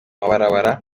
amabarabara